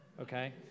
okay